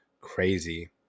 crazy